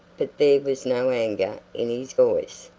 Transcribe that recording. but there was no anger in his voice.